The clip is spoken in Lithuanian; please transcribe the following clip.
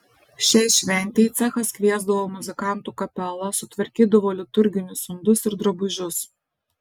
šiai šventei cechas kviesdavo muzikantų kapelą sutvarkydavo liturginius indus ir drabužius